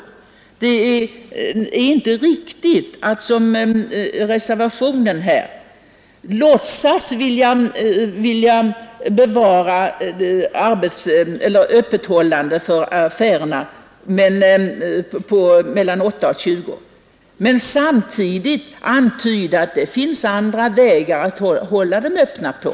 Men det är inte riktigt att, som reservanterna gör, låtsas vilja ge affärerna möjligheter att hålla öppet kl. 8—20, samtidigt som man antyder att det finns andra vägar att ordna den saken på.